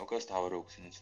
o kas tau yra auksinis